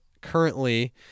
currently